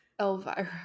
elvira